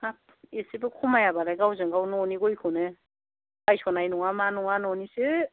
हाब इसेबो खमायाबालाय गावजों गाव न'नि गयखौनो बायस'नाय नङा मा नङा न'निसो